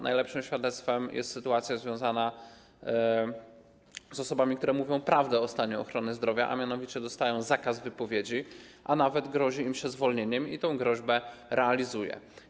Najlepszym świadectwem jest sytuacja osób, które mówią prawdę o stanie ochrony zdrowia, a mianowicie dostają one zakaz wypowiedzi, a nawet grozi im się zwolnieniem i tę groźbę realizuje.